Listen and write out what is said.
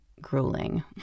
grueling